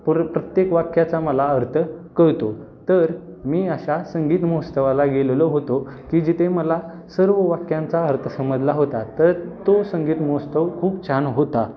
पुर प्रत्येक वाक्याचा मला अर्थ कळतो तर मी अशा संगीत महोत्सवाला गेलेलो होतो की जिथे मला सर्व वाक्यांचा अर्थ समजला होता तर तो संगीत महोत्सव खूप छान होता